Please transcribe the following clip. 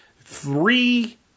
three